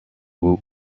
woot